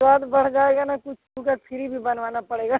स्वाद बढ़ जाएगा ना कुछ शुगर फ्री भी बनवाना पड़ेगा